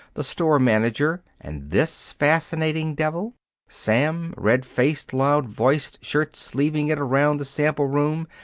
the store-manager, and this fascinating devil sam, red-faced, loud voiced, shirt-sleeving it around the sample room,